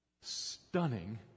Stunning